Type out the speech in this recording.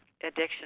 addiction